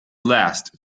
last